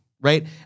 right